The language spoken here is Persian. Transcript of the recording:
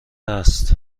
است